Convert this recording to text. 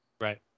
Right